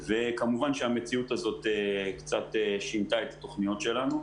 וכמובן שהמציאות הזאת קצת שינתה את התוכניות שלנו.